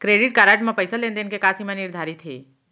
Credit card म पइसा लेन देन के का सीमा निर्धारित हे?